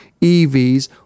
EVs